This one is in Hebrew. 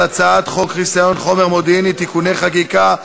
הצעת חוק חסיון חומר מודיעיני (תיקוני חקיקה),